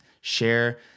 share